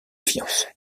fiancent